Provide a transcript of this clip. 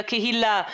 לקהילה,